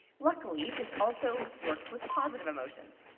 luckily, this also works with positive emotions.